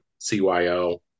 CYO